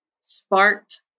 sparked